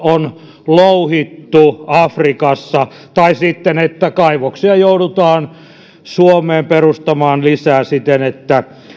on louhittu lapsityövoimalla afrikassa tai sitten kaivoksia joudutaan perustamaan suomeen lisää siten että